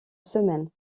semaines